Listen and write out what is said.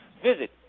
Visit